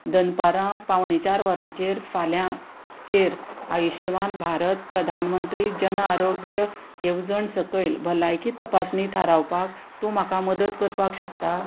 दनपारां पावणे चार वरांचेर फाल्यां चेर आयुश्यमान भारत प्रधानमंत्री जन आरोग्य येवजण सकयल भलायकी तपासणी थारावपाक तूं म्हाका मदत करपाक शकता